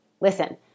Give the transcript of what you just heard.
Listen